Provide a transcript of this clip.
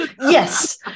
Yes